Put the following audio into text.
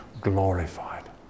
glorified